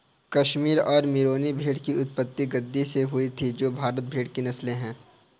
कश्मीर और मेरिनो भेड़ की उत्पत्ति गद्दी से हुई जो भारतीय भेड़ की नस्लें है